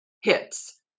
hits